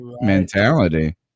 mentality